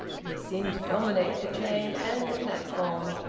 he seemed to dominate the train and the platform.